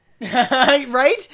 Right